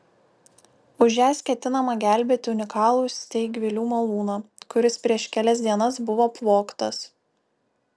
už jas ketinama gelbėti unikalų steigvilių malūną kuris prieš kelias dienas buvo apvogtas